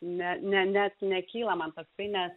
ne ne net nekyla man tai nes